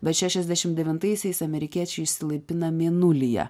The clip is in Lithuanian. bet šešiasdešimt devintaisiais amerikiečiai išsilaipina mėnulyje